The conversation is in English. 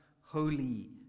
holy